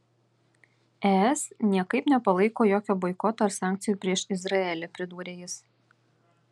es niekaip nepalaiko jokio boikoto arba sankcijų prieš izraelį pridūrė jis